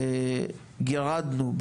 שגירדנו,